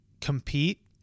compete